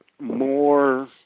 more